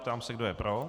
Ptám se, kdo je pro.